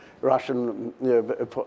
Russian